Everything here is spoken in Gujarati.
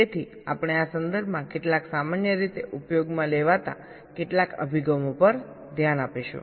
તેથી આપણે આ સંદર્ભમાં કેટલાક સામાન્ય રીતે ઉપયોગમાં લેવાતા કેટલાક અભિગમો પર ધ્યાન આપીશું